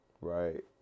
right